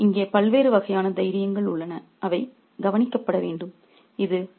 எனவே இங்கே பல்வேறு வகையான தைரியங்கள் உள்ளன அவை கவனிக்கப்பட வேண்டும்